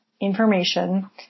information